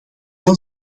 een